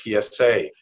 PSA